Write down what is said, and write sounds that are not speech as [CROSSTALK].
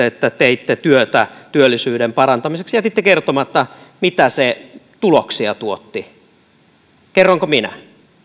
[UNINTELLIGIBLE] että teitte työtä työllisyyden parantamiseksi jätitte kertomatta mitä tuloksia se tuotti kerronko minä